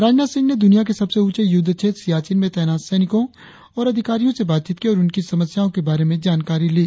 राजनाथ सिंह ने दुनिया के सबसे ऊचे युद्ध क्षेत्र सियाचिन में तैनात सैनिकों और अधिकारियों से बातचीत की और उनकी समस्याओं के बारे में जानकारी ली